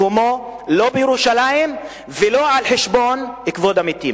מקומו לא בירושלים ולא על חשבון כבוד המתים.